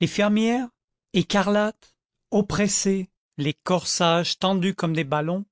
les fermières écarlates oppressées les corsages tendus comme des ballons